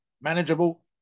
manageable